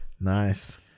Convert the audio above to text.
Nice